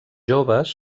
joves